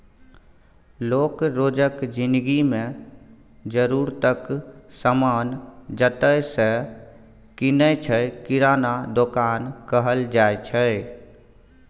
लोक रोजक जिनगी मे जरुरतक समान जतय सँ कीनय छै किराना दोकान कहल जाइ छै